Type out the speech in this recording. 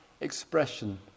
expression